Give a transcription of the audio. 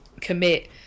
commit